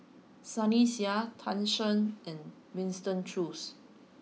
Sunny Sia Tan Shen and Winston Choos